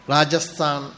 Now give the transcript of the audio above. Rajasthan